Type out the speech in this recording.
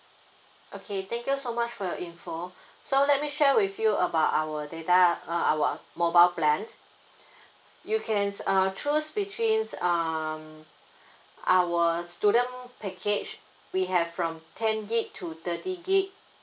okay thank you so much for your info so let me share with you about our data uh our mobile plan you can uh choose between um our student package we have from ten gig to thirty gig